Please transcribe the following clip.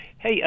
Hey